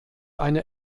eine